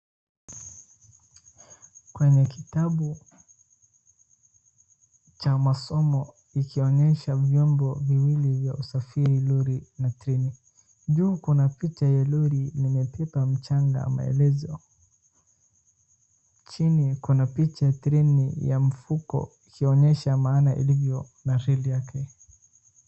Kwenye kitabu cha masomo ikionyesha vyombo viwili vya usafiri lori na treni. Juu kuna picha ya lori limebeba mchanga maelezo. Chini kuna picha treni ya mfuko ikionyesha maana ilivyo na reli yake.